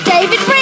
David